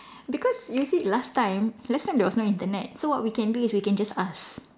because you see last time last time there was no Internet so what we can do is we can just ask